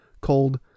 called